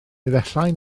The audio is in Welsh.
efallai